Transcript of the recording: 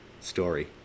story